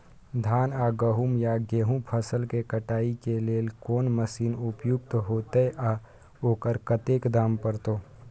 धान आ गहूम या गेहूं फसल के कटाई के लेल कोन मसीन उपयुक्त होतै आ ओकर कतेक दाम परतै?